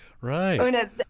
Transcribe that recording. right